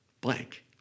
blank